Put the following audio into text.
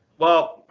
well,